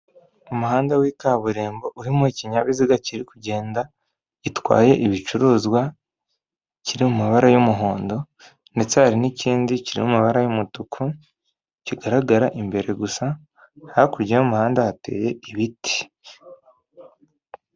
Umuhanda w'ikaburimbo, urimo ikinyabiziga kiri kigenda, gitwaye ibicuruzwa, kiri mu mabara y'umuhondo, ndetse hari n'ikindi kiri mu mabara y'umutuku, kigaragara imbere gusa, hakurya y'umuhanda hateye ibiti.